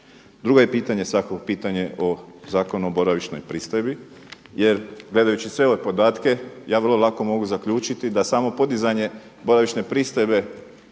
Drugo je pitanje svakako pitanje o Zakonu o boravišnoj pristojbi jer gledajući sve ove podatke ja vrlo lako mogu zaključiti da samo podizanje boravišne pristojbe